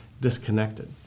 disconnected